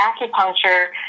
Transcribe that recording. acupuncture